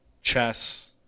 Chess